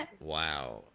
Wow